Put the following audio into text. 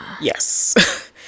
Yes